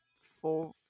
four